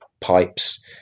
pipes